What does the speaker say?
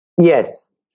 Yes